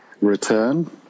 return